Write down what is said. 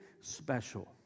special